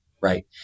right